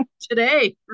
today